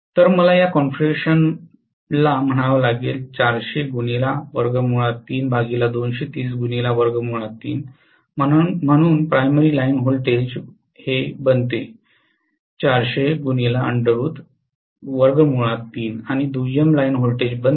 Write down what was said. तर मला या कॉन्फिगरेशनला म्हणावं लागेल म्हणून प्राइमरी लाइन व्होल्टेज बनते आणि दुय्यम लाईन व्होल्टेज बनते